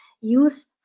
use